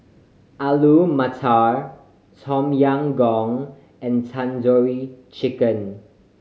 Alu Matar Tom Yam Goong and Tandoori Chicken